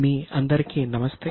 మీ అందరికీ నమస్తే